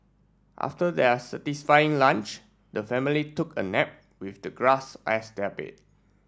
after their satisfying lunch the family took a nap with the grass as their bed